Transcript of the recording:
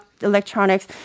electronics